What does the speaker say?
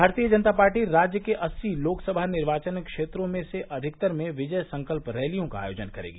भारतीय जनता पार्टी राज्य के अस्सी लोकसभा निर्वाचन क्षेत्रों में से अधिकतर में विजय संकल्प रैलियों का आयोजन करेगी